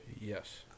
Yes